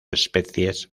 especies